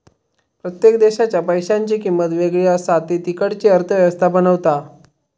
प्रत्येक देशाच्या पैशांची किंमत वेगळी असा ती तिकडची अर्थ व्यवस्था बनवता